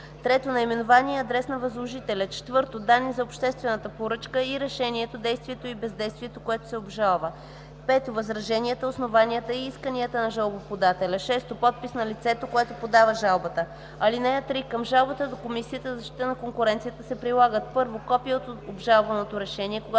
3. наименование и адрес на възложителя; 4. данни за обществената поръчка и решението, действието или бездействието, което се обжалва; 5. възраженията, основанията и исканията на жалбоподателя; 6. подпис на лицето, което подава жалбата. (3) Към жалбата до Комисията за защита на конкуренцията се прилагат: 1. копие от обжалваното решение, когато